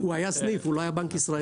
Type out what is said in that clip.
הוא היה סניף, הוא לא היה בנק ישראלי.